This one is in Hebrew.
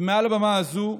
ומעל הבמה הזו: